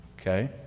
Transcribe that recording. okay